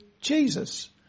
Jesus